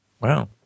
Wow